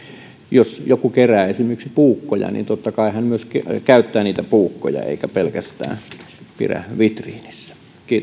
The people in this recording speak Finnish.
jos joku kerää esimerkiksi puukkoja niin totta kai hän myös käyttää niitä puukkoja eikä pelkästään pidä vitriinissä